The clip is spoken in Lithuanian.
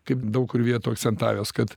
kaip daug kur vietų akcentavęs kad